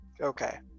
Okay